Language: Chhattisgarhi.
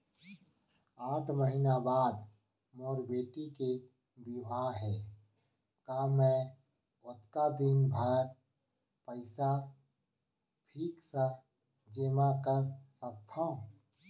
आठ महीना बाद मोर बेटी के बिहाव हे का मैं ओतका दिन भर पइसा फिक्स जेमा कर सकथव?